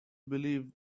believed